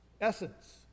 essence